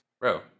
Bro